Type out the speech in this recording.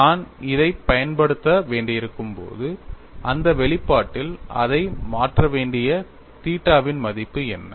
நான் இதைப் பயன்படுத்த வேண்டியிருக்கும் போது இந்த வெளிப்பாட்டில் அதை மாற்ற வேண்டிய தீட்டாவின் மதிப்பு என்ன